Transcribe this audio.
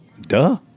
Duh